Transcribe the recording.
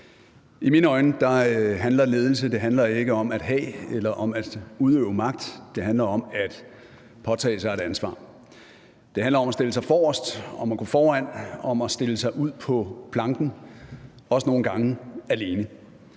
I mine øjne handler ledelse ikke om at have eller udøve magt, det handler om at påtage sig et ansvar. Det handler om at stille sig forrest, om at gå foran, om at stille sig ud på planken, også nogle gange alene.